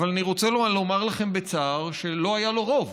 אבל אני רוצה לומר לכם בצער שלא היה לו רוב.